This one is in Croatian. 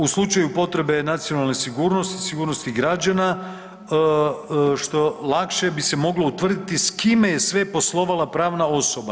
U slučaju potrebe nacionalne sigurnosti i sigurnosti građana što lakše bi se moglo utvrditi s kime je sve poslovala pravna osoba.